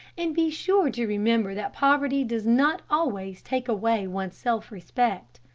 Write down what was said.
and be sure to remember that poverty does not always take away one's self-respect.